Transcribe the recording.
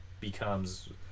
becomes